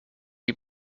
you